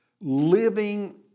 living